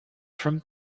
from